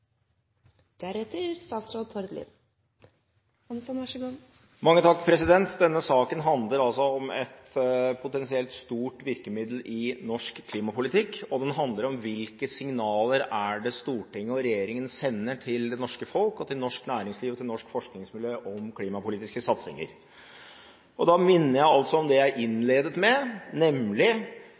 Denne saken handler om et potensielt stort virkemiddel i norsk klimapolitikk, og den handler om hvilke signaler Stortinget og regjeringen sender til det norske folk, til norsk næringsliv og til norsk forskningsmiljø om klimapolitiske satsinger. Jeg minner om det jeg innledet med, nemlig